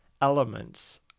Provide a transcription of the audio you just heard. elements